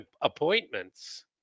appointments